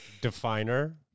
Definer